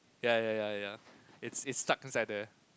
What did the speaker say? ya ya ya ya ya it's it's stuck inside there